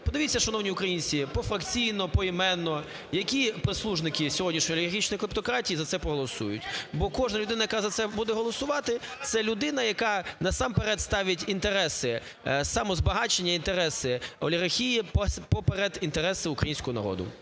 Подивіться, шановні українці, пофракційно, поіменно, які прислужники сьогоднішньої олігархічної клептократії за це проголосують. Бо кожна людина, яка за це буде голосувати, це людина, яка насамперед ставить інтереси самозбагачення, інтереси олігархії поперед інтересу українського народу.